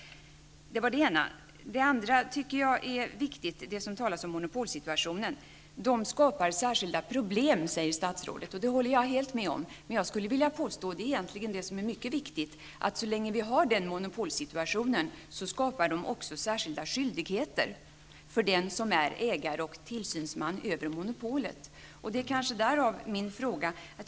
Vidare tycker jag att det som statsrådet säger om monopolsituationen, att den skapar särskilda problem, är viktigt, och jag håller helt med om detta. Men det som egentligen är mycket viktigt är att så länge vi har denna monopolsituation skapas också särskilda skyldigheter för den som är ägare av och tillsyningsman över monopolet.